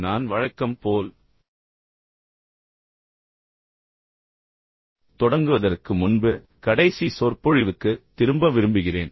நான் வழக்கம் போல் தொடங்குவதற்கு முன்பு கடைசி சொற்பொழிவுக்கு திரும்ப விரும்புகிறேன்